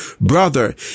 brother